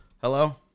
Hello